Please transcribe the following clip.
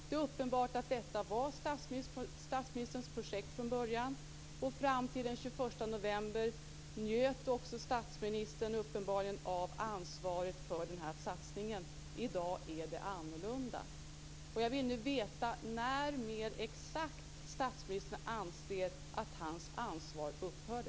Det är uppenbart att detta var statsministerns projekt från början. Fram till den 21 november njöt statsministern uppenbarligen av ansvaret för den här satsningen. I dag är det annorlunda. Jag vill nu veta mer exakt när statsministern anser att hans ansvar upphörde.